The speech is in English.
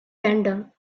bandung